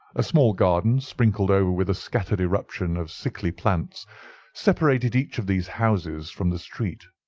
a small garden sprinkled over with a scattered eruption of sickly plants separated each of these houses from the street,